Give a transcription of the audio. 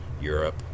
Europe